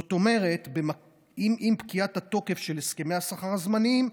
זאת אומרת שעם פקיעת התוקף של הסכמי השכר הזמניים,